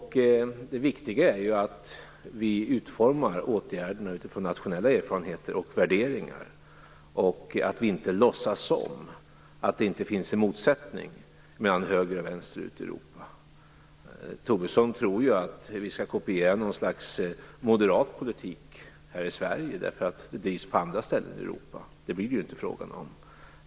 Det viktiga är ju att vi utformar åtgärderna utifrån nationella erfarenheter och värderingar och att vi inte låtsas som om det inte finns en motsättning mellan höger och vänster ute i Europa. Lars Tobisson tror att vi skall kopiera någon slags moderat politik här i Sverige därför att detta bedrivs på andra ställen i Europa. Det blir det ju inte fråga om.